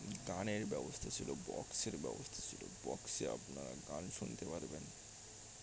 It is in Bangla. গানের ব্যবস্থা ছিল বক্সের ব্যবস্থা ছিল বক্সে আপনারা গান শুনতে পারবেন